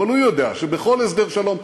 אבל הוא יודע שבכל הסדר שלום,